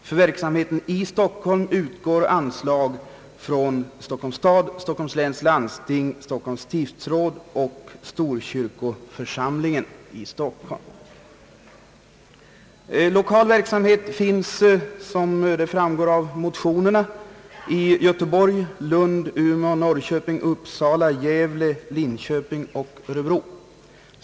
För verksamheten i Stockholm utgår anslag från Stockholms stad, Stockholms läns landsting, Stockholms stiftsråd och Storkyrkoförsamlingen i Stockholm. Lokal verksamhet bedrivs, som framgår av motionen, i Göteborg, Lund, Umeå, Norrköping, Uppsala, Gävle, Linköping och Örebro.